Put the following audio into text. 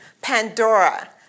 Pandora